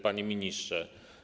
Panie Ministrze!